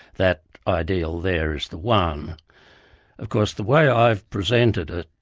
that ideal there is the one of course the way i've presented it,